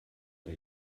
der